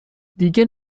دیگه